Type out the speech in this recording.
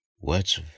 words